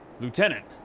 Lieutenant